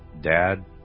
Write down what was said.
dad